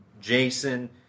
Jason